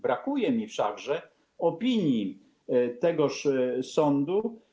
Brakuje mi wszakże opinii tegoż sądu.